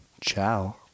Ciao